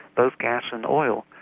both gas and oil.